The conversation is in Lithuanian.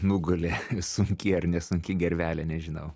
nugulė sunki ar nesunki gervelė nežinau